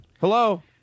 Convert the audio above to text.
Hello